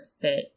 fit